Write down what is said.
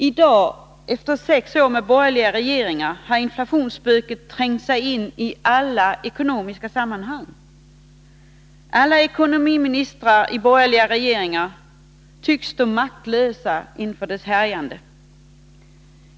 I dag, efter sex år med borgerliga regeringar, har inflationsspöket trängt sig in i alla ekonomiska sammanhang. Alla ekonomiministrar i borgerliga regeringar tycks stå maktlösa inför dess härjande.